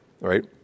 right